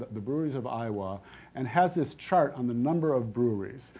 the breweries of iowa and has this chart on the number of breweries.